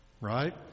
Right